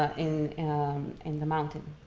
in um in the mountain.